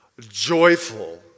joyful